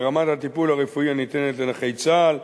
ברמת הטיפול הרפואי הניתן לנכי צה"ל.